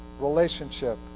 relationship